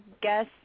guess